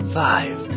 five